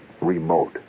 remote